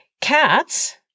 Cats